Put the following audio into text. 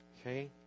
Okay